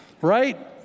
right